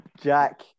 Jack